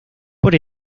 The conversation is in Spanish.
por